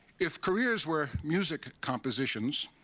if careers where music compositions,